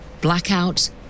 blackouts